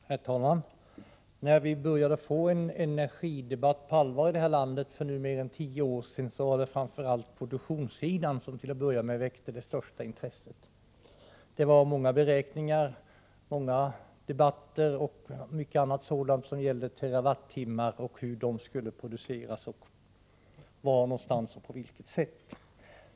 Herr talman! När vi började få en energidebatt på allvar här i landet för mer än tio år sedan var det framför allt produktionssidan som väckte det största intresset. Det var många beräkningar och många debatter som gällde terawattimmar och hur dessa skulle produceras, var och på vilket sätt.